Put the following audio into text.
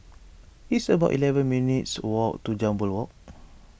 it's about eleven minutes' walk to Jambol Walk